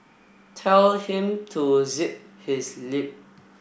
tell him to zip his lip